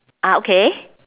ah okay